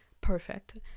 perfect